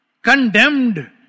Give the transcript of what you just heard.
condemned